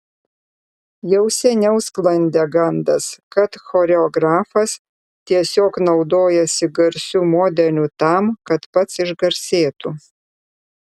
jau seniau sklandė gandas kad choreografas tiesiog naudojasi garsiu modeliu tam kad pats išgarsėtų